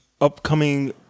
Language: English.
upcoming